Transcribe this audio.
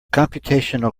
computational